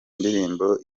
ndirimbo